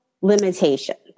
limitations